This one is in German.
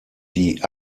die